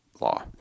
Law